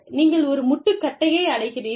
நீங்கள் ஒரு முட்டுக்கட்டையை அடைகிறீர்கள்